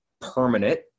permanent